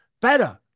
better